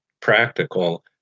practical